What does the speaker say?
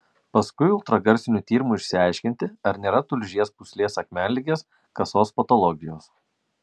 paskui ultragarsiniu tyrimu išsiaiškinti ar nėra tulžies pūslės akmenligės kasos patologijos